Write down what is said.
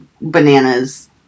bananas